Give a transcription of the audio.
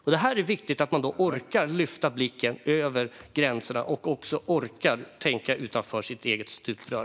Då är det viktigt att man orkar lyfta blicken över gränserna - och också orkar tänka utanför sitt eget stuprör.